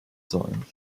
sollen